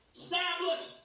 establish